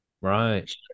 right